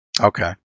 Okay